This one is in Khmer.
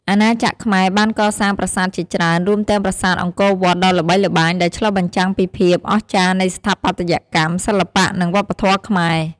អាណាចក្រខ្មែរបានកសាងប្រាសាទជាច្រើន រួមទាំងប្រាសាទអង្គរវត្តដ៏ល្បីល្បាញ ដែលឆ្លុះបញ្ចាំងពីភាពអស្ចារ្យនៃស្ថាបត្យកម្ម សិល្បៈ និងវប្បធម៌ខ្មែរ។